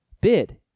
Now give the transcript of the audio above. bid